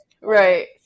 right